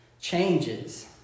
changes